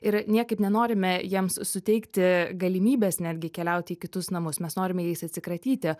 ir niekaip nenorime jiems suteikti galimybes netgi keliauti į kitus namus mes norime jais atsikratyti